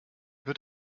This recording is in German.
wird